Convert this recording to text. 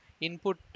input